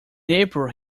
april